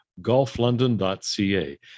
GolfLondon.ca